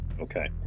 Okay